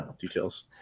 details